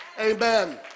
Amen